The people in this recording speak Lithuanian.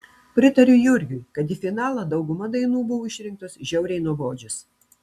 pritariu jurgiui kad į finalą dauguma dainų buvo išrinktos žiauriai nuobodžios